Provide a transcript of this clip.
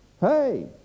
Hey